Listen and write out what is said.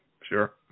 sure